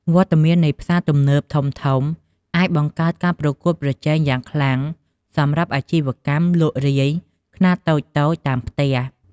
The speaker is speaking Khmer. វត្តមាននៃផ្សារទំនើបធំៗអាចបង្កើតការប្រកួតប្រជែងយ៉ាងខ្លាំងសម្រាប់អាជីវកម្មលក់រាយខ្នាតតូចៗតាមផ្ទះ។